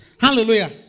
Hallelujah